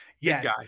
Yes